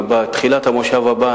בתחילת המושב הבא,